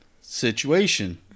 situation